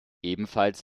ebenfalls